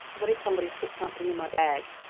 what if somebody's put something in my bag?